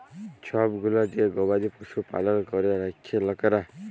ছব গুলা যে গবাদি পশু পালল ক্যরে রাখ্যে লকরা